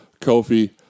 Kofi